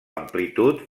amplitud